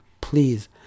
Please